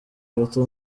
gato